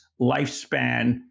lifespan